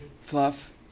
Fluff